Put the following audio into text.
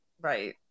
Right